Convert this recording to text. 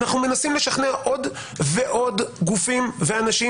אנחנו מנסים לשכנע עוד ועוד גופים ואנשים